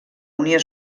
unió